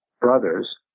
brother's